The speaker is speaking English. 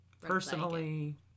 personally